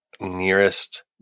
nearest